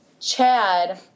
Chad